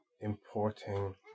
importing